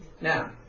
Now